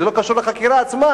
זה לא קשור לחקירה עצמה.